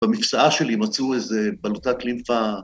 ‫במיפשעה שלי מצאו איזה בלוטת לימפה.